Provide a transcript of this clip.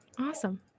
awesome